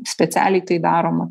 specialiai tai daroma